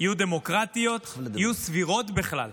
יהיו דמוקרטיות, יהיו סבירות בכלל,